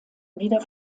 wieder